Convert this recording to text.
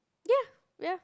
ya ya